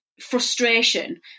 frustration